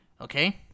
Okay